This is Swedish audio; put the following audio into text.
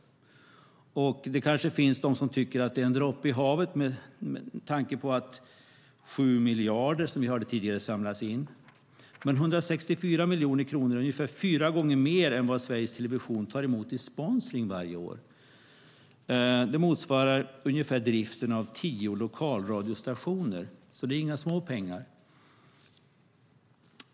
Det kanske finns de som tycker att det är en droppe i havet när det är 7 miljarder som samlas in. Men 164 miljoner kronor är ungefär fyra gånger mer än vad SVT tar emot i sponsring varje år. Det motsvarar ungefär driften av tio lokalradiostationer. Det är alltså inga småpengar.